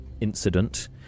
incident